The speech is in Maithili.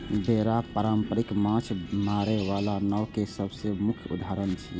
बेड़ा पारंपरिक माछ मारै बला नाव के सबसं मुख्य उदाहरण छियै